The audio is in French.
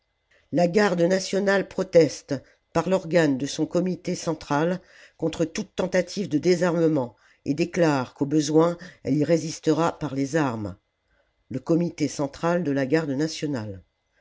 la garde nationale proteste par l'organe de son comité central contre toute tentative de désarmement et déclare qu'au besoin elle y résistera par les armes la commune le comité central de la garde nationale